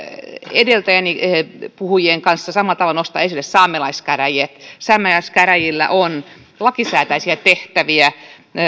edeltävien puhujien kanssa samalla tavalla nostaa esille saamelaiskäräjät saamelaiskäräjillä on lakisääteisiä tehtäviä